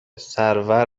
سرور